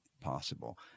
possible